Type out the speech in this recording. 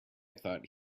thought